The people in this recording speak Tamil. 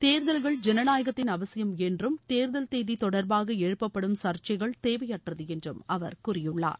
தேர்தல்கள் ஜனநாயகத்தின் அவசியம் என்றும் தேர்தல் தேதி தொடர்பாக எழுப்பப்படும் சர்ச்சைகள் தேவையற்றது என்றும் அவர் கூறியுள்ளார்